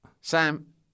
Sam